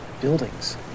buildings